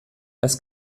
als